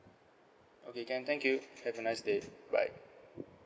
okay can thank you have a nice day bye